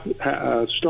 start